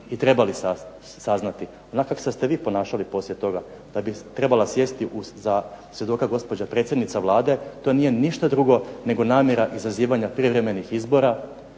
i trebali saznati. Onako kako ste se vi ponašali poslije toga da bi trebala sjesti za svjedoka gospođa predsjednica Vlade, to nije ništa drugo nego namjera izazivanja prijevremenih izbora,